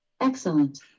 Excellent